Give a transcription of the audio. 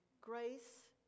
Grace